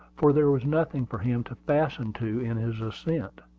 for there was nothing for him to fasten to in his ascent.